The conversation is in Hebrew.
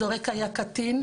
הזורק היה קטין,